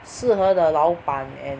适合的老板 and